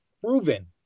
proven